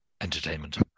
entertainment